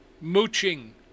mooching